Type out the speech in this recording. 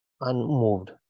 unmoved